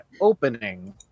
opening